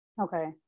okay